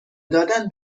دادن